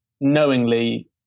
knowingly